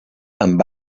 amb